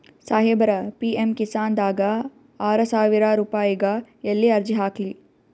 ಸಾಹೇಬರ, ಪಿ.ಎಮ್ ಕಿಸಾನ್ ದಾಗ ಆರಸಾವಿರ ರುಪಾಯಿಗ ಎಲ್ಲಿ ಅರ್ಜಿ ಹಾಕ್ಲಿ?